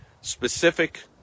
Specific